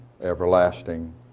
Everlasting